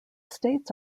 states